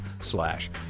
slash